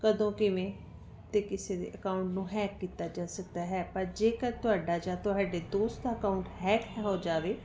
ਕਦੋਂ ਕਿਵੇਂ ਤੇ ਕਿਸੇ ਦੇ ਅਕਾਊਂਟ ਨੂੰ ਹੈਕ ਕੀਤਾ ਜਾ ਸਕਦਾ ਹੈ ਪਰ ਜੇਕਰ ਤੁਹਾਡਾ ਜਾਂ ਤੁਹਾਡੇ ਦੋਸਤ ਦਾ ਅਕਾਊਂਟ ਹੈਕ ਹੋ ਜਾਵੇ